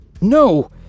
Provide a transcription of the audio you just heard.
No